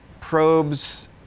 probes